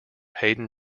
hayden